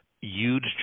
huge